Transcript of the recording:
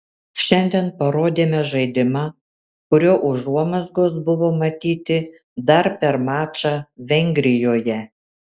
šiandien parodėme žaidimą kurio užuomazgos buvo matyti dar per mačą vengrijoje